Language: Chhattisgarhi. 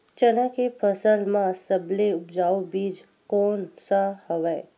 चना के फसल म सबले उपजाऊ बीज कोन स हवय?